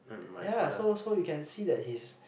ya so so you can see that he's